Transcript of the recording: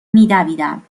میدویدم